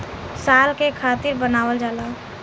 साल के खातिर बनावल जाला